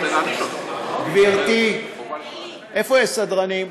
גברתי, איפה יש סדרנים?